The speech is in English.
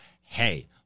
hey